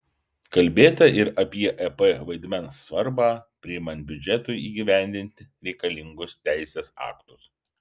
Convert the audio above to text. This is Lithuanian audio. kalbėta ir apie ep vaidmens svarbą priimant biudžetui įgyvendinti reikalingus teisės aktus